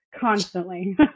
Constantly